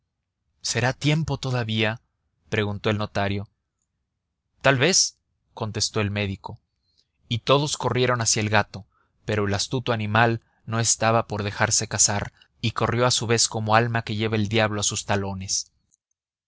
será tiempo todavía preguntó el notario tal vez contestó el médico y todos corrieron hacia el gato pero el astuto animal no estaba por dejarse cazar y corrió a su vez como alma que lleva el diablo a sus talones